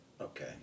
Okay